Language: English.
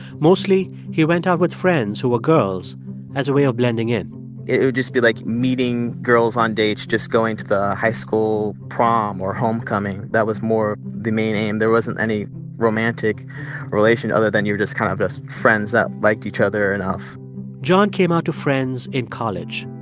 mostly he went out with friends who were girls as a way of blending in it would just be, like, meeting girls on dates, just going to the high school prom or homecoming. that was more the main aim. there wasn't any romantic relation, other than you're just kind of just friends that liked each other enough john came out to friends in college.